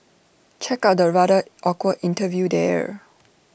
check out the rather awkward interview there